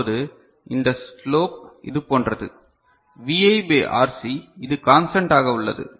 இப்போது இந்த ஸ்லோப் இது போன்றது Vi பை RC இது கான்ஸ்டன்ட் ஆக உள்ளது